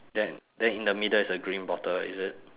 then then in the middle is a green bottle is it